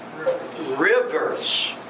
Rivers